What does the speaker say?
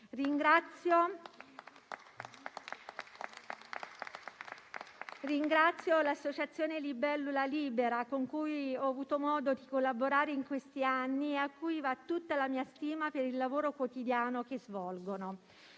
Ringrazio l'associazione Libellula Libera, con cui ho avuto modo di collaborare in questi anni e a cui va tutta la mia stima per il lavoro quotidiano che svolge.